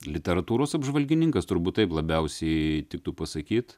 literatūros apžvalgininkas turbūt taip labiausiai tiktų pasakyt